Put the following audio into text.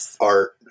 art